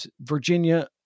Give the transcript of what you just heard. Virginia